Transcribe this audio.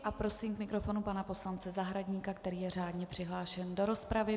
A prosím k mikrofonu pana poslance Zahradníka, který je řádně přihlášen do rozpravy.